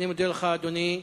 אני מודה לך, אדוני.